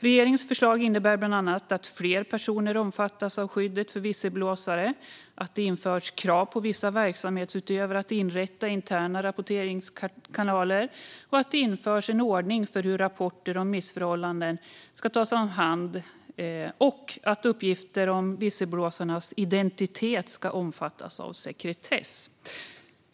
Regeringens förslag innebär bland annat att fler personer omfattas av skyddet för visselblåsare, att det införs krav på vissa verksamhetsutövare att inrätta interna rapporteringskanaler, att det införs en ordning för hur rapporter om missförhållanden ska tas om hand och att uppgifter om visselblåsares identitet ska omfattas av sekretess.